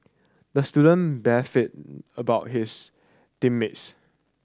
the student beefed about his team mates